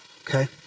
okay